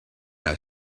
are